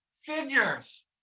figures